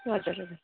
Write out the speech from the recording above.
हजुर हजुर